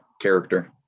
character